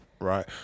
Right